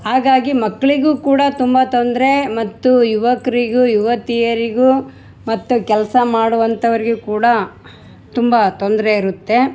ಹಾಗಾಗಿ ಮಕ್ಕಳಿಗು ಕೂಡ ತುಂಬ ತೊಂದರೆ ಮತ್ತು ಯುವಕರಿಗು ಯುವತಿಯರಿಗೂ ಮತ್ತು ಕೆಲಸ ಮಾಡುವಂಥವ್ರಿಗೆ ಕೂಡ ತುಂಬ ತೊಂದರೆ ಇರುತ್ತೆ